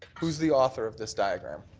who is the author of this diagram?